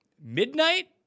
midnight